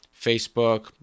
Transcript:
Facebook